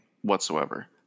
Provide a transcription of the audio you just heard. whatsoever